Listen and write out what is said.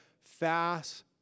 fast